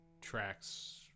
tracks